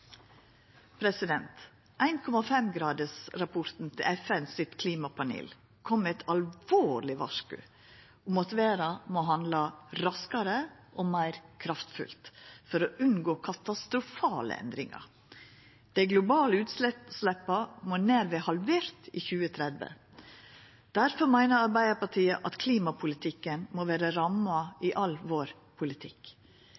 at verda må handla raskare og meir kraftfullt for å unngå katastrofale endringar. Dei globale utsleppa må nær vera halverte i 2030. Difor meiner Arbeidarpartiet at klimapolitikken må vera ramma